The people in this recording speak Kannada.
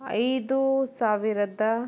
ಐದು ಸಾವಿರದ